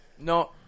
No